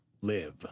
live